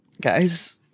guys